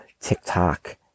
TikTok